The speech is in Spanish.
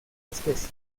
especie